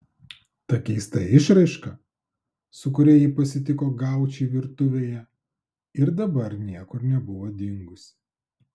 ta keista išraiška su kuria ji pasitiko gaučį virtuvėje ir dabar niekur nebuvo dingusi